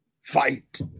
Fight